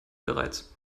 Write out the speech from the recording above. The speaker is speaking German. bereits